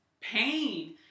pain